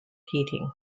heating